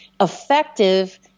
effective